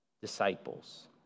disciples